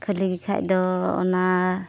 ᱠᱷᱟᱹᱞᱤᱜᱮ ᱠᱷᱟᱱ ᱫᱚ ᱚᱱᱟ